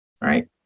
right